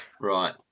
Right